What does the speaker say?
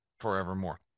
forevermore